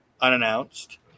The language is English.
unannounced